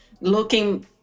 looking